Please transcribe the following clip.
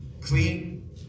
Clean